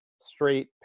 straight